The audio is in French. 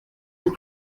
nous